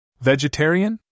Vegetarian